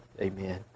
Amen